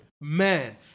Man